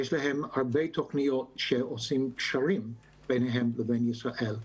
יש להם הרבה תוכניות שעושים קשרים ביניהם לבין ישראל.